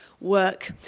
work